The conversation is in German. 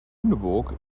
lüneburg